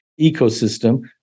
ecosystem